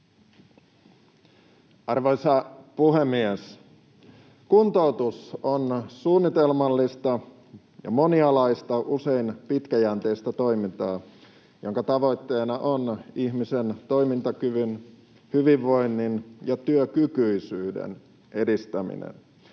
Arvoisa puhemies! Kuntoutus on suunnitelmallista ja moni-alaista, usein pitkäjänteistä toimintaa, jonka tavoitteena on ihmisen toimintakyvyn, hyvinvoinnin ja työkykyisyyden edistäminen.